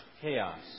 chaos